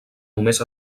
només